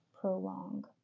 prolong